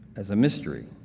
as a mystery,